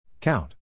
Count